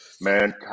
man